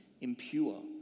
impure